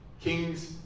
Kings